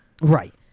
Right